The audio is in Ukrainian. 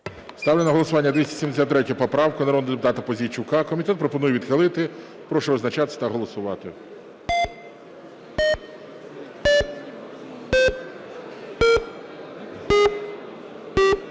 Ставлю на голосування 283 поправку народного депутата Мамки. Комітет пропонує відхилити. Прошу визначатись та голосувати.